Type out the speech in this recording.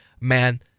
Man